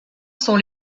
sont